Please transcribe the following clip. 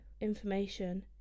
information